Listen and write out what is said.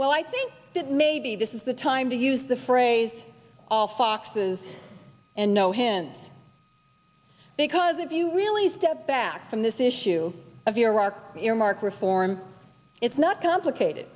well i think that maybe this is the time to use the phrase all foxes and no hands because if you really step back from this issue of iraq earmark reform it's not complicated